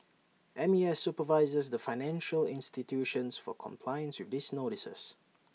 M A S supervises the financial institutions for compliance with these notices